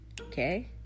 Okay